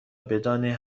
بدانید